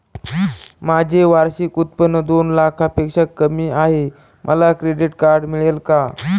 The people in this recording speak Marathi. माझे वार्षिक उत्त्पन्न दोन लाखांपेक्षा कमी आहे, मला क्रेडिट कार्ड मिळेल का?